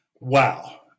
wow